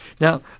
Now